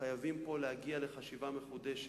חייבים פה להגיע לחשיבה מחודשת.